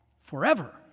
forever